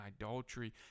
adultery